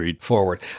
forward